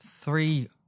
three